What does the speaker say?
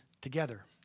together